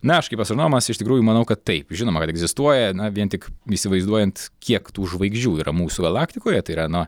na aš kaip astronomas iš tikrųjų manau kad taip žinoma kad egzistuoja na vien tik įsivaizduojant kiek tų žvaigždžių yra mūsų galaktikoje tai yra nuo